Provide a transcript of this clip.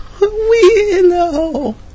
Willow